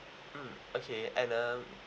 mm okay and uh